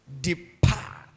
Depart